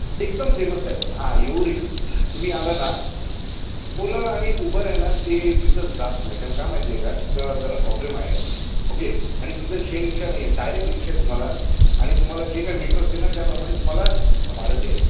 एकदम फेमस आहे हां येऊर हिल्स तुम्ही आलं ना ओला आणि उबर आहे ना ते तिथंच जात नाही कारण का माहिती आहे का तिथं जरा प्रॉब्लेम आहे ओके आणि तिथं शे रिक्षा नाही आहे डायरेक रिक्षा आहे तुम्हाला आणि तुम्हाला जे काय मीटर असतील ना त्याप्रमाणे तुम्हाला भाडं द्यायचे